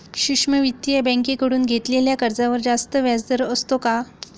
सूक्ष्म वित्तीय बँकेकडून घेतलेल्या कर्जावर जास्त व्याजदर असतो का?